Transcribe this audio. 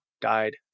died